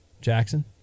Jackson